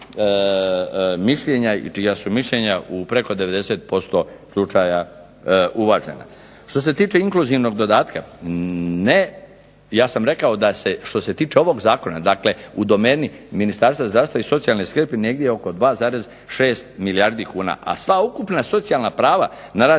mišljenja i čija su mišljenja preko 90% slučaja uvažena. Što se tiče inkluzivnog dodatka. Ne, ja sam rekao da se što se tiče ovog zakona, dakle u domeni Ministarstva zdravstva i socijalne skrbi negdje oko 2,6 milijardi kuna, a sva ukupna socijalna prava na razini